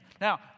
Now